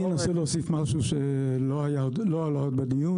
אני אנסה להוסיף משהו שלא עלה עוד בדיון,